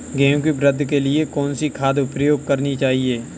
गेहूँ की वृद्धि के लिए कौनसी खाद प्रयोग करनी चाहिए?